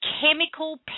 chemical